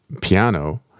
piano